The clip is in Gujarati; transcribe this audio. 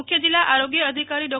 મુખ્ય જિલ્લા આરોગ્ય અધિકારી ડો